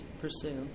pursue